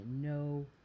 No